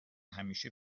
همیشه